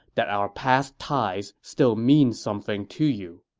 that our past ties still mean something to you.